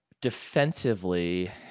Defensively